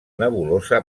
nebulosa